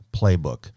playbook